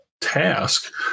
task